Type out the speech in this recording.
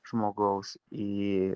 žmogaus į